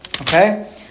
Okay